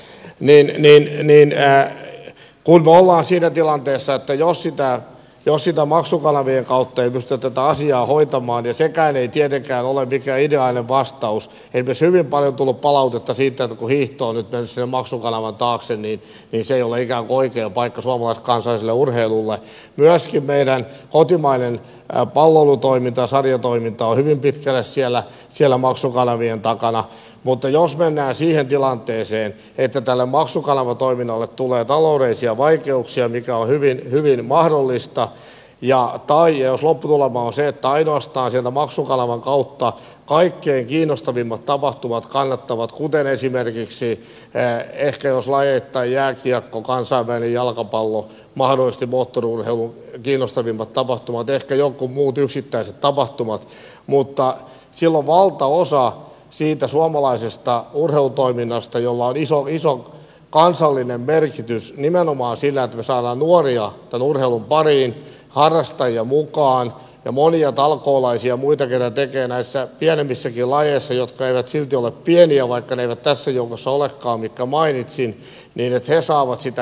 jos me olemme siinä tilanteessa että maksukanavien kautta ei pystytä tätä asiaa hoitamaan ja sekään ei tietenkään ole mikään ideaalinen vastaus esimerkiksi hyvin paljon on tullut palautetta siitä kun hiihto on nyt mennyt sinne maksukanavan taakse niin se ei ole ikään kuin oikea paikka suomalaiskansalliselle urheilulle ja myöskin meidän kotimainen palloilutoiminta ja sarjatoiminta on hyvin pitkälle siellä maksukanavien takana mutta jos mennään siihen tilanteeseen että maksukanavatoiminnalle tulee taloudellisia vaikeuksia mikä on hyvin mahdollista tai jos lopputulema on se että ainoastaan maksukanavien kautta kaikkein kiinnostavimmat tapahtumat kannattavat kuten ehkä esimerkiksi tä et jos lahjoittajia ja kuka on soveliaalta lajeittain jääkiekko kansainvälinen jalkapallo mahdollisesti moottoriurheilu ehkä jotkut muut yksittäiset tapahtumat niin silloin kärsii valtaosa siitä suomalaisesta urheilutoiminnasta jolla on iso kansallinen merkitys nimenomaan siinä että me saamme nuoria urheilun pariin harrastajia mukaan ja monia talkoolaisia ja muita jotka tekevät näissä pienemmissäkin lajeissa jotka eivät silti ole pieniä vaikka ne eivät tässä joukossa olekaan mitkä mainitsin että ne saavat näkyvyyttä